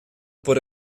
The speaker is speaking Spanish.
por